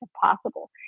possible